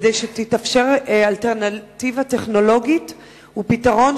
כדי שתתאפשר אלטרנטיבה טכנולוגית ופתרון